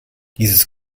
dieses